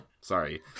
sorry